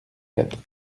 quatre